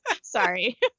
Sorry